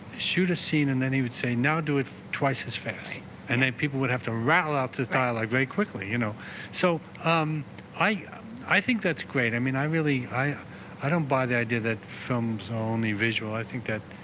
shoot a scene and then he would say now do it twice as fast and then people would have to rattle out this dialogue very quickly you know so um i ah i think that's great i mean i really i i don't bother idea that from sony visual i think that